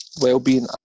wellbeing